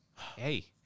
Hey